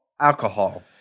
alcohol